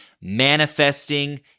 manifesting